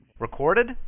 Recorded